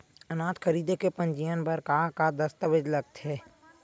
अनाज खरीदे के पंजीयन बर का का दस्तावेज लगथे?